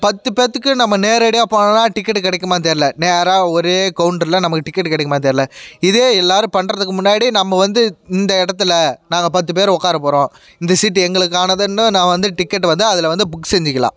பத்து பேருத்துக்கு நம்ம நேரடியாக போகனோன்னா டிக்கெட் கிடைக்குமானு தெரில நேராக ஒரே கவுண்ட்ரில் நமக்கு டிக்கெட் கிடைக்குமானு தெரில இதே எல்லாேரும் பண்ணுறதுக்கு முன்னாடி நம்ம வந்து இந்த இடத்துல நாங்கள் பத்து பேர் உட்கார போகிறோம் இந்த சீட்டு எங்களுக்கானதுன்னு நான் வந்து டிக்கெட்டை வந்து அதில் வந்து புக் செஞ்சுக்கிலாம்